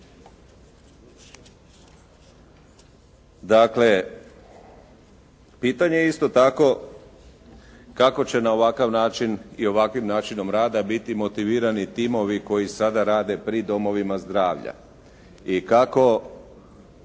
Dakle, pitanje je isto tako kako će na ovakav način i ovakvim načinom rada biti motivirani timovi koji sada rade pri domovima zdravlja i kako